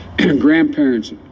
Grandparents